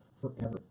forever